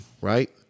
right